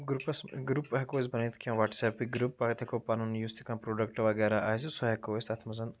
گرُپَس گُرپ ہیکو أسۍ بنٲوِتھ کینٛہہ وٹسایپک گرُپ پتہ ہیٚکو پَنُن یُس تہِ کینٛہہ پروڈکٹ وغیرہ آسہِ سُہ ہیکو أسۍ تَتھ منٛز